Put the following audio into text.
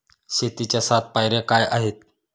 शेतीच्या सात पायऱ्या काय आहेत?